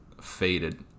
faded